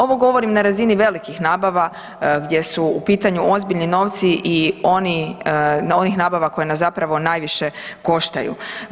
Ovo govorim na razini velikih nabava gdje su u pitanju ozbiljni novci i onih nabava koje nas zapravo najviše koštaju.